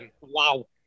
wow